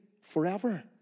forever